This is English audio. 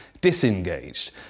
disengaged